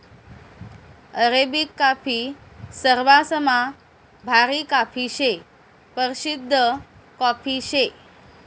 Arabic coffee सरवासमा भारी coffee शे, परशिद्ध कॉफी शे